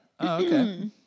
Okay